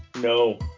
No